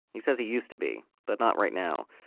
he says he used to be. but not right now.